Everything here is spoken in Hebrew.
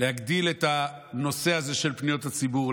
להגדיל את הנושא הזה של פניות הציבור,